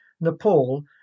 Nepal